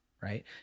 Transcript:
right